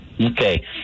Okay